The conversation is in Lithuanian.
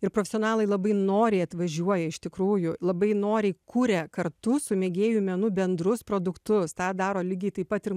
ir profesionalai labai noriai atvažiuoja iš tikrųjų labai noriai kūria kartu su mėgėjų menu bendrus produktus tą daro lygiai taip pat ir